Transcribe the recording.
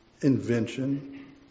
invention